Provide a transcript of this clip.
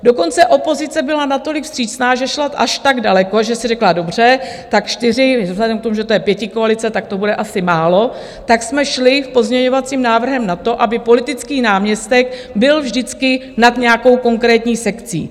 Dokonce opozice byla natolik vstřícná, že šla až tak daleko, že si řekla dobře, tak čtyři, vzhledem k tomu, že to je pětikoalice, tak to bude asi málo, tak jsme šli pozměňovacím návrhem na to, aby politický náměstek byl vždycky nad nějakou konkrétní sekcí.